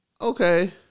okay